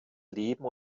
leben